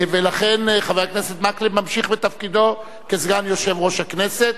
ולכן חבר הכנסת מקלב ממשיך בתפקידו כסגן יושב-ראש הכנסת.